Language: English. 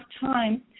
time